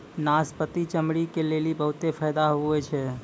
नाशपती चमड़ी के लेली बहुते फैदा हुवै छै